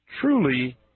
truly